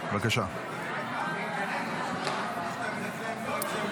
נתנו לי צו בלתי חוקי,